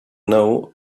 know